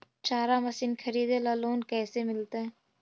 चारा मशिन खरीदे ल लोन कैसे मिलतै?